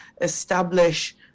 establish